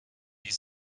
his